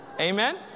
Amen